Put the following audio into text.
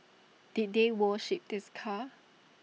did they worship this car